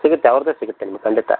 ಸಿಗುತ್ತೆ ಅವ್ರದ್ದೆ ಸಿಗುತ್ತೆ ನಿಮ್ಗೆ ಖಂಡಿತ